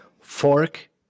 fork